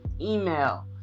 email